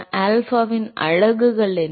ஆல்பாவின் அலகுகள் என்ன